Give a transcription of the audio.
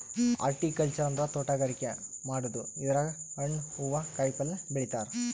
horticulture ಅಂದ್ರ ತೋಟಗಾರಿಕೆ ಮಾಡದು ಇದ್ರಾಗ್ ಹಣ್ಣ್ ಹೂವಾ ಕಾಯಿಪಲ್ಯ ಬೆಳಿತಾರ್